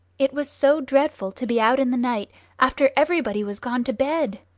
it was so dreadful to be out in the night after everybody was gone to bed!